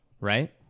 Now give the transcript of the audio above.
Right